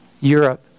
Europe